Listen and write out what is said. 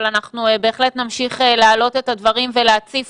אבל אנחנו בהחלט נמשיך להעלות את הדברים ולהציף